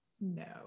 No